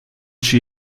she